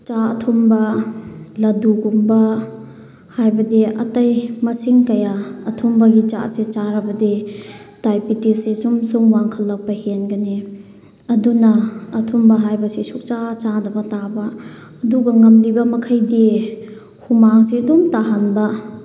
ꯆꯥ ꯑꯊꯨꯝꯕ ꯂꯗꯨꯒꯨꯝꯕ ꯍꯥꯏꯕꯗꯤ ꯑꯇꯩ ꯃꯁꯤꯡ ꯀꯌꯥ ꯑꯊꯨꯝꯕꯒꯤ ꯆꯥꯁꯦ ꯆꯥꯔꯕꯗꯤ ꯗꯥꯏꯕꯤꯇꯤꯁꯁꯤ ꯁꯨꯝ ꯁꯨꯝ ꯋꯥꯡꯈꯠꯂꯛꯄ ꯍꯦꯟꯒꯅꯤ ꯑꯗꯨꯅ ꯑꯊꯨꯝꯕ ꯍꯥꯏꯕꯁꯦ ꯁꯨꯛꯆꯥ ꯆꯥꯗꯕ ꯇꯥꯕ ꯑꯗꯨꯒ ꯉꯝꯂꯤꯕ ꯃꯈꯩꯗꯤ ꯍꯨꯃꯥꯡꯁꯦ ꯑꯗꯨꯝ ꯇꯥꯍꯟꯕ